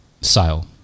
sale